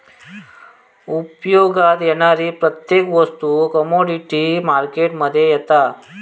उपयोगात येणारी प्रत्येक वस्तू कमोडीटी मार्केट मध्ये येता